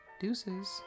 deuces